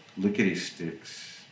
Lickety-Sticks